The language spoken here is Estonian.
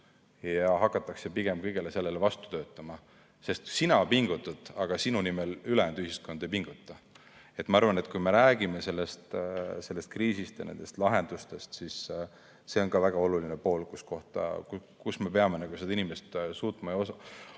ja hakatakse pigem kõigele sellele vastu töötama. Sest sina pingutad, aga sinu nimel ülejäänud ühiskond ei pinguta. Ma arvan, et kui me räägime sellest kriisist ja nendest lahendustest, siis see on väga oluline pool. Me peame neid inimesi oskama märgata.